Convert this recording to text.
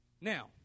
Now